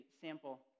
sample